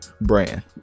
brand